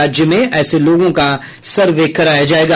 राज्य में ऐसे लोगों का सर्वे कराया जायेगा